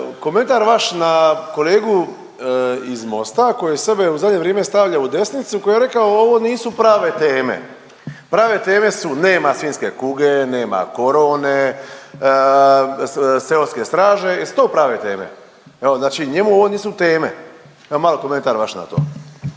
komentar vaš na kolegu iz MOST-a koji sebe u zadnje vrijeme stavlja u desnicu koji je rekao ovo nisu prave teme. Prave teme su nema svinjske kuge, nema korone, seoske straže jesu to prave teme? Evo znači njemu ovo nisu teme. Evo malo komentar vaš na to.